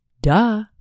Duh